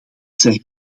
zij